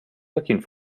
looking